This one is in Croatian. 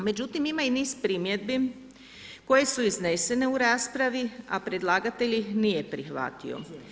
Međutim ima i niz primjedbi koje su iznesene u raspravi, a predlagatelj ih nije prihvatio.